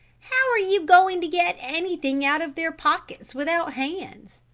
how are you going to get anything out of their pockets without hands?